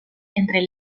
entre